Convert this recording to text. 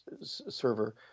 server